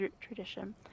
tradition